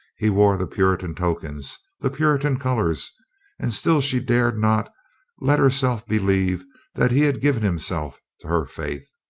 he wore the puritan tokens, the puritan colors and still she dared not let herself believe that he had given himself to her faith.